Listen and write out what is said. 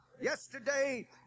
Yesterday